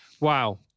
Wow